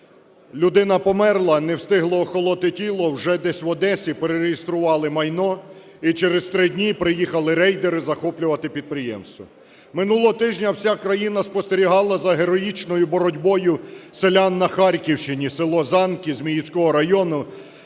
Людина померла, не встигло охолоти тіло, вже десь в Одесі перереєстрували майно і через три дні приїхали рейдери захоплювати підприємство. Минулого тижня вся країна спостерігала за героїчною боротьбою селян на Харківщині, село Занки Зміївського району,